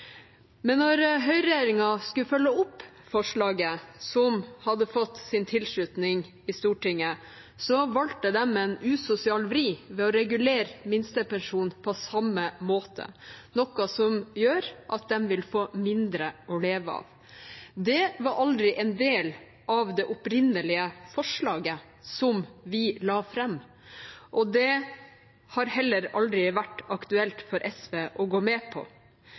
Men når høyreregjeringa skulle følge opp forslaget som hadde fått sin tilslutning i Stortinget, valgte de en usosial vri ved å regulere minstepensjon på samme måte, noe som gjør at de vil få mindre å leve av. Det var aldri en del av det opprinnelige forslaget vi la fram, og det har heller aldri vært aktuelt for SV å gå med på.